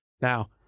Now